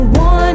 one